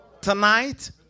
Tonight